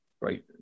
right